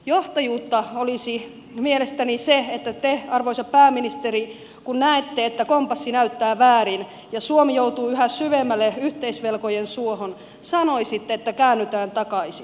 johtajuutta olisi mielestäni se että te arvoisa pääministeri kun näette että kompassi näyttää väärin ja suomi joutuu yhä syvemmälle yhteisvelkojen suohon sanoisitte että käännytään takaisin